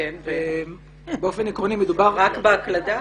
רק בהקלדה?